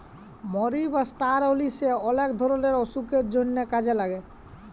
মরি বা ষ্টার অলিশে অলেক ধরলের অসুখের জন্হে কাজে লাগে